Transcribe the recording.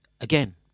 Again